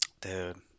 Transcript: Dude